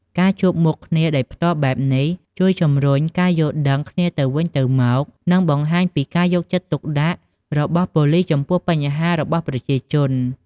ការជួបមុខគ្នាដោយផ្ទាល់បែបនេះជួយជំរុញការយល់ដឹងគ្នាទៅវិញទៅមក និងបង្ហាញពីការយកចិត្តទុកដាក់របស់ប៉ូលិសចំពោះបញ្ហារបស់ប្រជាពលរដ្ឋ។